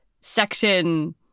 section